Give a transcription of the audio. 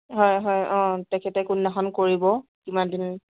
হয় হয় অঁ তেখেতে কোনদিনাখন কৰিব কিমান দিন